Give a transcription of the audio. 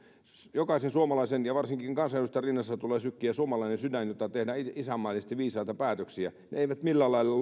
jokaisen suomalaisen ja varsinkin kansanedustajan rinnassa tulee sykkiä suomalainen sydän jotta tehdään isänmaallisesti viisaita päätöksiä se ei millään lailla